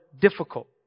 difficult